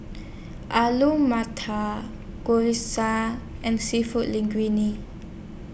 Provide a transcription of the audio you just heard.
Alu Matar Gyoza and Seafood Linguine